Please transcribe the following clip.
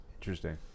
Interesting